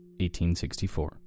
1864